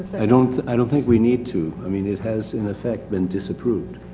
i don't, i don't think we need to. i mean, it has, in effect, been disapproved.